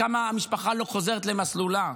כמה המשפחה לא חוזרת למסלולה.